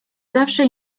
zawsze